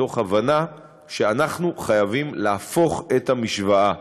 מתוך הבנה שאנחנו חייבים להפוך את המשוואה.